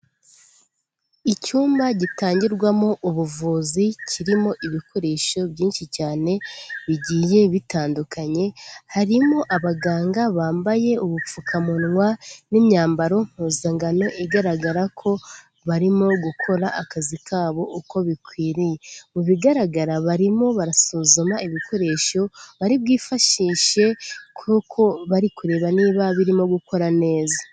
Icyumba gitangirwamo ubuvuzi kirimo ibikoresho byinshi cyane bigiye bitandukanye, harimo abaganga bambaye ubupfukamunwa n'imyambaro mpuzangano igaragara ko barimo gukora akazi kabo uko bikwiriye, mu bigaragara barimo barasuzuma ibikoresho bari bwifashishe kuko bari kureba niba birimo gukora neza.